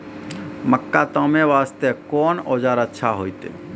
मक्का तामे वास्ते कोंन औजार अच्छा होइतै?